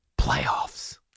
Playoffs